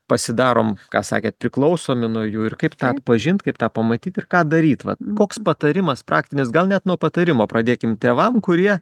pasidarom ką sakėt priklausomi nuo jų ir kaip tą atpažint kaip tą pamatyt ir ką daryt va koks patarimas praktinis gal net nuo patarimo pradėkim tėvam kurie